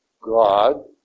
God